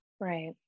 Right